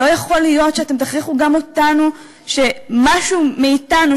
לא יכול להיות שאתם תכריחו גם אותנו שמשהו מאתנו,